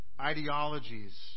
ideologies